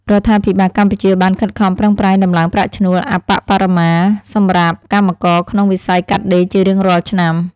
រដ្ឋាភិបាលកម្ពុជាបានខិតខំប្រឹងប្រែងដំឡើងប្រាក់ឈ្នួលអប្បបរមាសម្រាប់កម្មករក្នុងវិស័យកាត់ដេរជារៀងរាល់ឆ្នាំ។